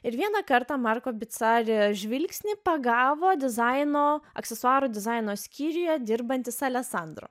ir vieną kartą marko bicari žvilgsnį pagavo dizaino aksesuarų dizaino skyriuje dirbantis aleksandro